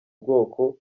bwoko